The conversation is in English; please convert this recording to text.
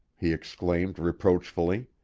he exclaimed reproachfully.